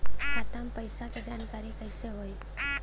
खाता मे पैसा के जानकारी कइसे होई?